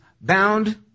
bound